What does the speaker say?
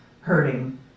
hurting